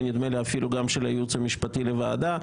נדמה לי אפילו של הייעוץ המשפטי של הוועדה,